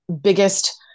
biggest